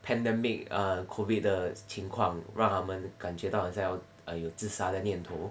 pandemic err COVID 的情况让他们感觉到很想要有自杀的念头